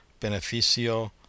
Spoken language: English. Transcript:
beneficio